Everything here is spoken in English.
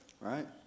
Right